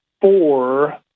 Four